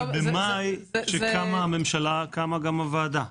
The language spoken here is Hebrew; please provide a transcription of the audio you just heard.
במאי, כשקמה הממשלה, קמה גם הוועדה.